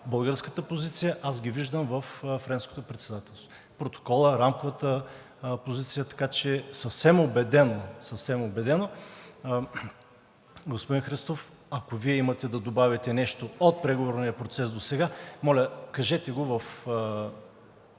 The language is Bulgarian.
българската позиция, аз ги виждам във Френското председателство – в Протокола, Рамковата позиция. Така че съвсем убедено. Господин Христов, ако Вие имате да добавите нещо от преговорния процес досега, моля, кажете го с